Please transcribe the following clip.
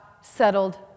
settled